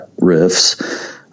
riffs